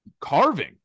carving